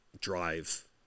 drive